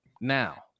now